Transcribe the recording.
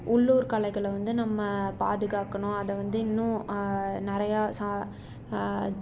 உள்ளூர் கலைகளை வந்து நம்ம பாதுகாக்கணும் அதை வந்து இன்னும் நிறையா